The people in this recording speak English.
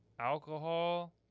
alcohol